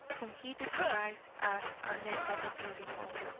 whom he describes as arletta the beautiful.